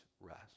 rest